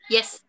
Yes